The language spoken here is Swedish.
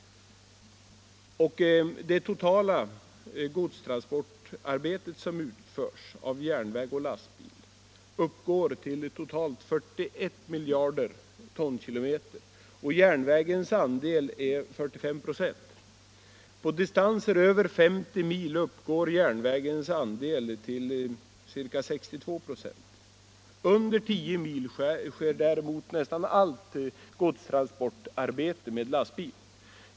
Det totala godstransportarbete som utförs av järnväg och lastbil uppgår till 41 miljarder tonkilometer. Järnvägens andel är 45 96. På distanser över 50 mil uppgår järnvägens andel till ca 62 96. Under 10 mil sker däremot nästan allt godstransportarbete med lastbil.